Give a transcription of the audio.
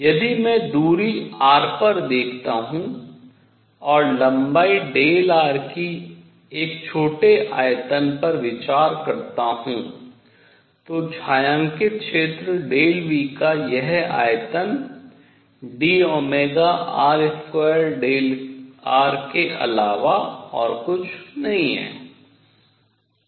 यदि मैं दूरी r पर देखता हूँ और लंबाई Δ r की एक छोटे आयतन पर विचार करता हूँ तो छायांकित क्षेत्र Δ V का यह आयतन dr2Δr के अलावा और कुछ नहीं है